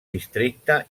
districte